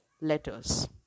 letters